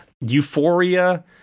Euphoria